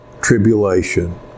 tribulation